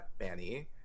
Manny